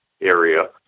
area